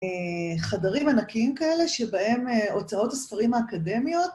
חדרים ענקיים כאלה שבהם הוצאות הספרים האקדמיות.